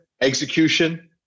execution